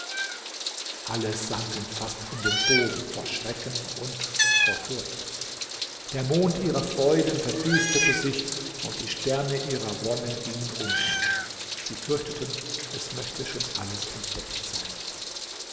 alle sanken fast in den boden vor schrecken und vor furcht der mond ihrer freuden verdüsterte sich und die sterne ihrer wonne gingen unter sie fürchteten es möchte schon alles entdeckt sein